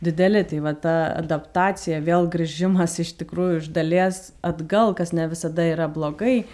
dideli tai va ta adaptacija vėl grįžimas iš tikrųjų iš dalies atgal kas ne visada yra blogai